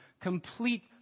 complete